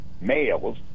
males